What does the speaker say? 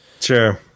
Sure